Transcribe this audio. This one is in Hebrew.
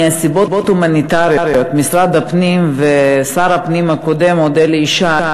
מסיבות הומניטריות משרד הפנים ושר הפנים הקודם אלי ישי